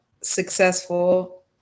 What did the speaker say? successful